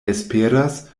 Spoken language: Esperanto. esperas